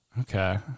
Okay